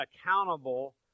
accountable